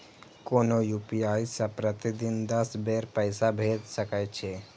कोनो यू.पी.आई सं प्रतिदिन दस बेर पैसा भेज सकै छी